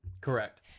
Correct